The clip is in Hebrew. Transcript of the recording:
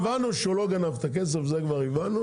הבנו שהוא לא גנב את הכסף, זה כבר הבנו.